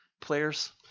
players